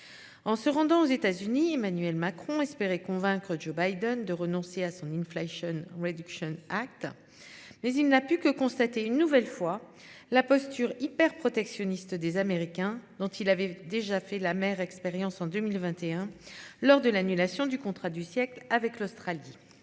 En se rendant aux États-Unis. Emmanuel Macron espérer convaincre Joe Biden de renoncer à son inflation réduction Act. Mais il n'a pu que constater une nouvelle fois la posture hyper-protectionniste des Américains dont il avait déjà fait l'amère expérience en 2021 lors de l'annulation du contrat du siècle avec l'Australie.